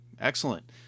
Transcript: excellent